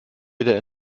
wieder